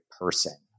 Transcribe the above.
person